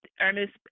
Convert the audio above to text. Ernest